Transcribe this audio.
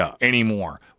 anymore